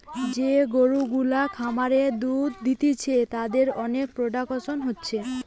যে গরু গুলা খামারে দুধ দিচ্ছে তাদের অনেক প্রোডাকশন হচ্ছে